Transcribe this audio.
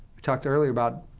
we talked earlier about,